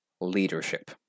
leadership